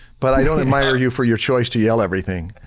but i don't admire you for your choice to yell everything.